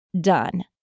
done